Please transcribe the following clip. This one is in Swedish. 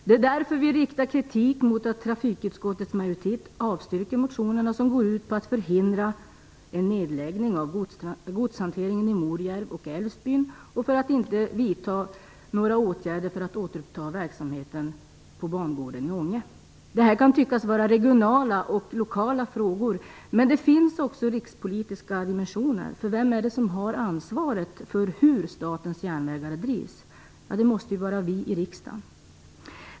Det är därför som vi riktar kritik mot att trafikutskottets majoritet avstyrker motioner som går ut på att förhindra en nedläggning av godshanteringen i Morjärv och Älvsbyn och mot att inte vilja vidta åtgärder för att återuppta verksamheten på bangården i Ånge. Det här kan tyckas vara regionala och lokala frågor, men de har också rikspolitiska dimensioner. Vem är det som har ansvaret för hur Statens järnvägar drivs? Jo, det måste vara vi i riksdagen.